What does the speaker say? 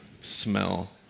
smell